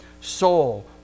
Soul